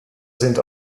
sind